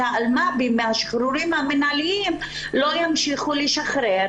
אסירי האלמ"ב מהשחרורים המינהליים לא ימשיכו לשחרר